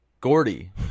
gordy